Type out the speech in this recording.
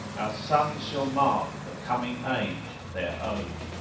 our sons shall mark the coming age their own,